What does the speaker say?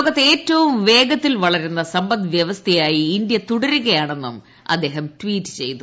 ലോകത്ത് ഏറ്റവും വേഗത്തിൽ വളരുന്ന സമ്പദ്വ്യവസ്ഥയായി ഇന്ത്യ തുടരുകയാണെന്നും അദ്ദേഹം ട്വീറ്റ് ചെയ്തു